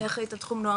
אני אחראית על תחום נוער